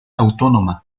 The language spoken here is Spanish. autónoma